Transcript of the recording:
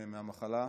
מהמחלה.